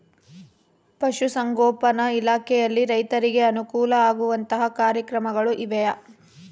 ಪಶುಸಂಗೋಪನಾ ಇಲಾಖೆಯಲ್ಲಿ ರೈತರಿಗೆ ಅನುಕೂಲ ಆಗುವಂತಹ ಕಾರ್ಯಕ್ರಮಗಳು ಇವೆಯಾ?